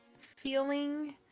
feeling